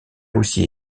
aussi